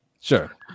Sure